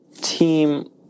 Team